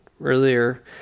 earlier